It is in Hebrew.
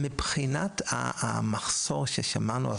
מבחינת המחסור ששמענו עליו,